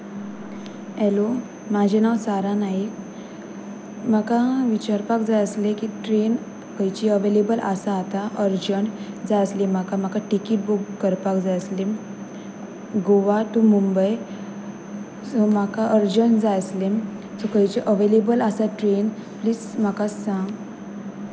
hello म्हाजें नांव सारा नईक म्हाका विचारपाक जाय आसलें की ट्रेन खंयची अवेलेबल आसा आतां अर्जंट जाय आसली म्हाका म्हाका टिकीट बूक करपाक जाय आसली गोवा टू मुंबय सो म्हाका अर्जंट जाय आसलीं सो खंयची अवेलेबल आसा ट्रेन प्लीज म्हाका सांग